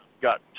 got